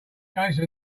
case